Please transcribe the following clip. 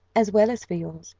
as well as for yours,